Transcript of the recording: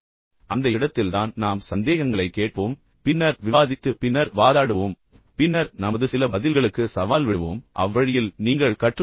அந்த இடத்தில்தான் நாம் சந்தேகங்களைக் கேட்போம் பின்னர் விவாதித்து பின்னர் வாதாடுவோம் பின்னர் நமது சில பதில்களுக்கு சவால் விடுவோம் அவ்வழியில் நீங்கள் கற்றுக் கொள்வீர்கள்